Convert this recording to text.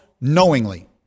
knowingly